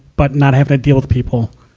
but not have to deal with people.